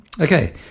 Okay